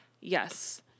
Yes